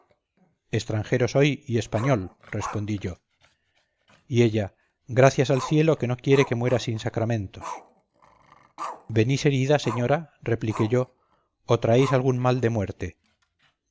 estranjero soy y español respondí yo y ella gracias al cielo que no quiere que muera sin sacramentos venís herida señora repliqué yo o traéis algún mal de muerte